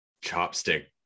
chopstick